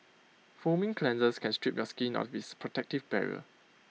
foaming cleansers can strip your skin of its protective barrier